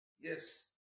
Yes